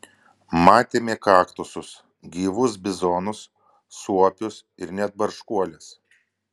matėme kaktusus gyvus bizonus suopius ir net barškuoles